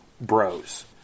bros